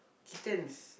chickens